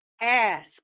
ask